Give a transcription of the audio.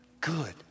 Good